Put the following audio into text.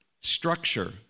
structure